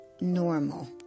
normal